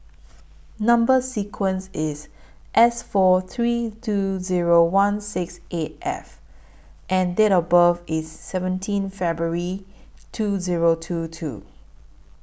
Number sequence IS S four three two Zero one six eight F and Date of birth IS seventeen February two Zero two two